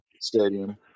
stadium